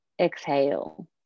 Exhale